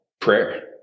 prayer